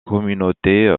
communauté